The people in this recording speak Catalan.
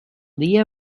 dia